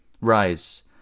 Rise